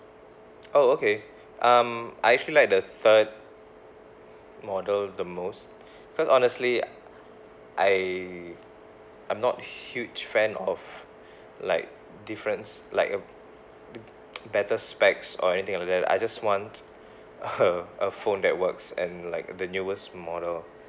oh okay um I actually like the third model the most because honestly I I'm not huge fan of like difference like a better specs or anything like that I just want a a phone that works and like the newest model